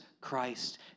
Christ